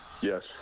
Yes